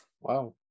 Wow